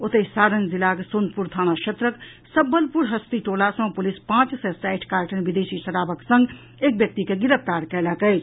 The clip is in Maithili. ओतहि सारण जिलाक सोनपुर थाना क्षेत्रक सब्बलपुर हस्ती टोला सँ पुलिस पांच सय साठि कार्टन विदेशी शराबक संग एक व्यक्ति के गिरफ्तार कयलक अछि